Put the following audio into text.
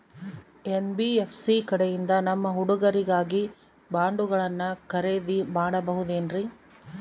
NBFC ಕಡೆಯಿಂದ ನಮ್ಮ ಹುಡುಗರಿಗಾಗಿ ಬಾಂಡುಗಳನ್ನ ಖರೇದಿ ಮಾಡಬಹುದೇನ್ರಿ?